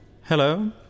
Hello